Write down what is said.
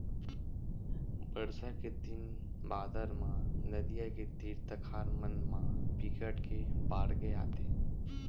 बरसा के दिन बादर म नदियां के तीर तखार मन म बिकट के बाड़गे आथे